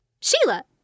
Sheila